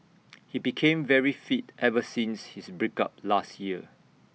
he became very fit ever since his break up last year